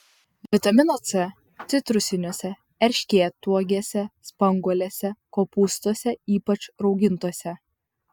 vitamino c citrusiniuose erškėtuogėse spanguolėse kopūstuose ypač raugintuose